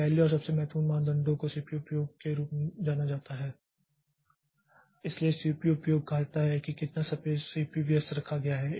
तो पहले और सबसे महत्वपूर्ण मानदंडों को सीपीयू उपयोग के रूप में जाना जाता है इसलिए सीपीयू उपयोग कहता है कि कितना समय सीपीयू व्यस्त रखा गया है